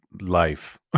life